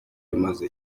imaze